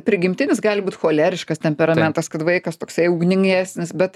prigimtinis gali būt choleriškas temperamentas kad vaikas toksai ugningesnis bet